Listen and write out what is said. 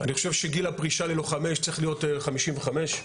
אני חושב שגיל הפרישה ללוחמי אש צריך להיות חמישים וחמש,